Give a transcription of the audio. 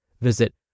Visit